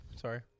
Sorry